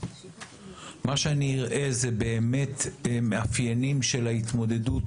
מה שאני אראה זה באמת מאפיינים של התמודדות